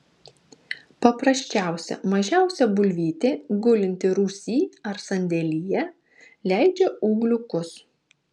paprasčiausia mažiausia bulvytė gulinti rūsy ar sandėlyje leidžia ūgliukus